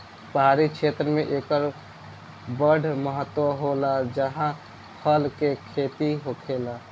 पहाड़ी क्षेत्र मे एकर बड़ महत्त्व होला जाहा फल के खेती होखेला